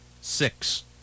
Six